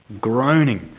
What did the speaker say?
groaning